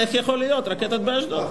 איך יכול להיות, רקטות באשדוד?